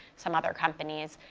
some other companies.